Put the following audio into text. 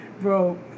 Bro